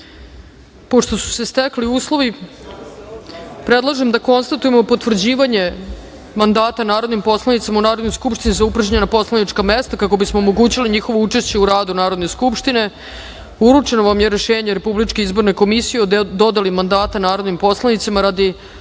su se stekli uslovi, predlažem da konstatujemo potvrđivanje mandata narodnim poslanicima u Narodnoj skupštini za upražnjena poslanička mesta, kako bismo omogućili njihovo učešće u radu Narodne skupštine. Uručeno vam je Rešenje RIK o dodeli mandata narodnim poslanicima radi